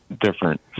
different